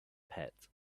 pet